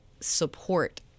support